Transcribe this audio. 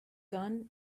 gun